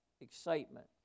excitement